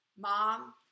Mom